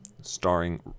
starring